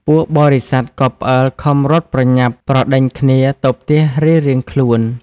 ពួកបរិស័ទក៏ផ្អើលខំរត់ប្រញាប់ប្រដេញគ្នាទៅផ្ទះរៀងៗខ្លួន។